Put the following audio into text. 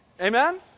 amen